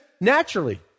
naturally